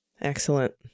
Excellent